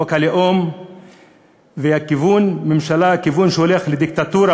חוק הלאום והכיוון שהולך לדיקטטורה